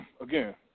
again